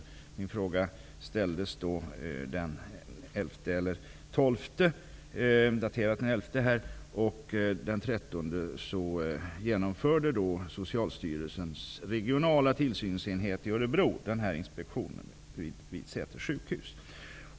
Min fråga ställdes den 12 oktober, och den 13 oktober genomfördes inspektionen vid Säters sjukhus av Socialstyrelsens regionala tillsynsenhet i Örebro.